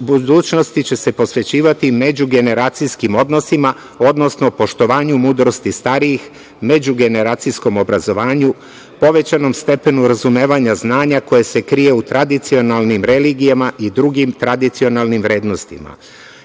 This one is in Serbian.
budućnosti će se posvećivati međugeneracijskim odnosima, odnosno poštovanju mudrosti starijih, međugeneracijskom obrazovanju, povećanom stepenu razumevanja znanja, koje se krije u tradicionalnim religijama i drugim tradicionalnim vrednostima. Evo,